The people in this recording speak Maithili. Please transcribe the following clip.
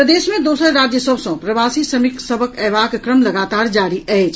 प्रदेश मे दोसर राज्य सभ सँ प्रवासी श्रमिक सभक अयबाक क्रम लगातार जारी अछि